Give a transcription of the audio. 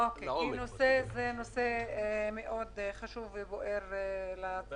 אוקי, כי זה נושא מאוד חשוב ובוער לצרכנים.